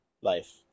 life